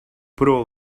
però